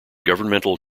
governmental